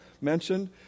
mentioned